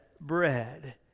bread